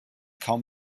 kaum